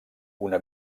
una